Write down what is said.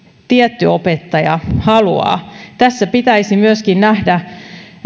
tietty opettaja haluaa tässä pitäisi myöskin nähdä